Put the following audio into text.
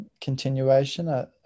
continuation